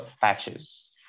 patches